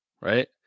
Right